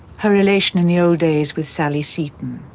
her relation in the old days with sally seton.